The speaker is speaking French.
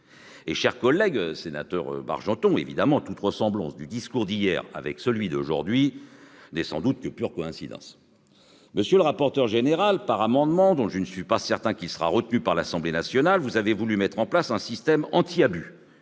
industrielles. » Monsieur Bargeton, toute ressemblance du discours d'hier avec celui d'aujourd'hui n'est sans doute que pure coïncidence ! Monsieur le rapporteur général, par un amendement dont je ne suis pas certain qu'il sera retenu par l'Assemblée nationale, vous avez voulu mettre en place un système anti-abus,